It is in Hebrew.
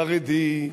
חרדי,